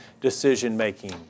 decision-making